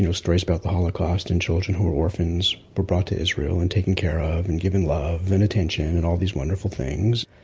you know stories about the holocaust and children who were orphans were brought to israel and taken care of and given love and attention, and all these wonderful things,